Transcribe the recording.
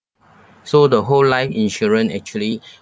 so the whole life insurance actually